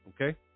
Okay